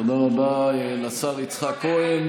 תודה רבה לשר יצחק כהן.